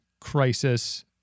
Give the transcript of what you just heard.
crisis